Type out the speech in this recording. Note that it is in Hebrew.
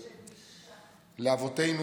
להוותנו,